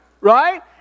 right